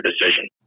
decision